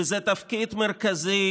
וזה תפקיד מרכזי